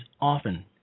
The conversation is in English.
often